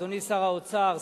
אדוני שר האוצר,